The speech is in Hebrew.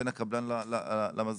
בין הקבלן למזמין,